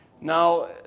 Now